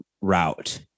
route